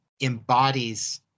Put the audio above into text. embodies